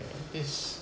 I think this